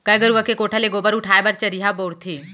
गाय गरूवा के कोठा ले गोबर उठाय बर चरिहा बउरथे